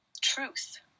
truth